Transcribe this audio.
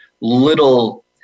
little